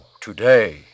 today